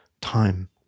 time